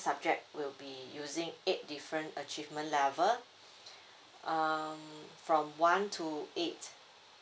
subject will be using eight different achievement level um from one to eight